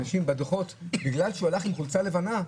שבדוחות בגלל שהוא הלך עם חולצה לבנה,